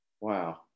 Wow